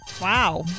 Wow